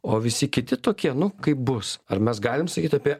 o visi kiti tokie nu kaip bus ar mes galim sakyti apie